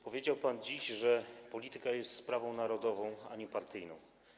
Powiedział pan dziś, że polityka jest sprawą narodową, a nie partyjną.